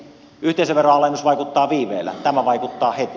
yhteisöveroalennus vaikuttaa viiveellä tämä vaikuttaa heti